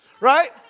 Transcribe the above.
right